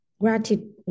gratitude